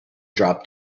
dropped